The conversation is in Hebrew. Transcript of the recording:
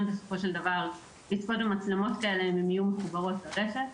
בסופו של דבר לצפות במצלמות כאלה אם הן יהיו מחוברות לרשת.